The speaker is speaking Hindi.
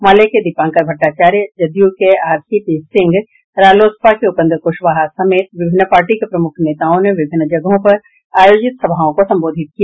माले के दीपांकर भट्टाचार्य जदयू के आरसीपी सिंह रालोसपा के उपेन्द्र कुशवाहा समेत विभिन्न पार्टी के प्रमुख नेताओं ने विभिन्न जगहों पर आयोजित सभाओं को संबोधित किया